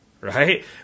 right